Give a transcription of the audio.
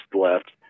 left